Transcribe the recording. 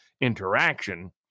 interaction